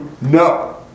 No